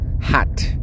hat